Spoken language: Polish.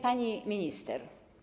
Pani Minister!